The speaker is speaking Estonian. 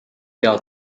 hea